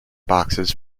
boxes